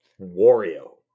Wario